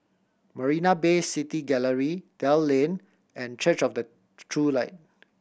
Marina Bay City Gallery Dell Lane and Church of the True Light